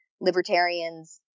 libertarians